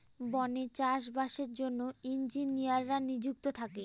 বনে চাষ বাসের জন্য ইঞ্জিনিয়াররা নিযুক্ত থাকে